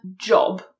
job